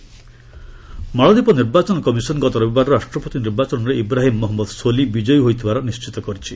ମାଲଦ୍ୱୀପ results ମାଳଦ୍ୱୀପ ନିର୍ବାଚନ କମିଶନ ଗତ ରବିବାରର ରାଷ୍ଟ୍ରପତି ନିର୍ବାଚନରେ ଇବ୍ରାହିମ୍ ମହମ୍ମଦ ସୋଲି ବିଜୟୀ ହୋଇଥିବାର ନିର୍ଚ୍ଚିତ କରିଛି